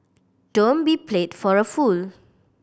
don't be played for a fool